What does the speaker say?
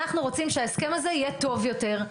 אנחנו רוצים שההסכם הזה יהיה טוב יותר.